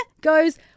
goes